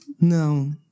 No